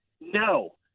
no